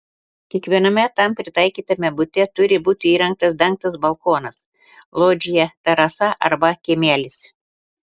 kiekviename tam pritaikytame bute turi būti įrengtas dengtas balkonas lodžija terasa arba kiemelis